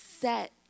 set